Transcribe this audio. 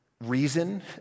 reason